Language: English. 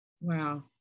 Wow